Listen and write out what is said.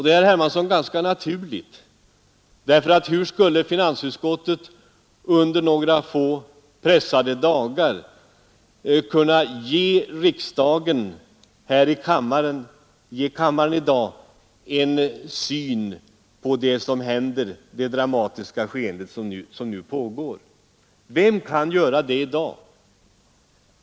Det är ganska naturligt, herr Hermansson, för hur skulle finansutskottet under några få, pressade dagar kunna samla sig till att nu ge kammaren en syn på det dramatiska skeende som pågår? Vem kan göra det i dag?